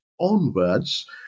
onwards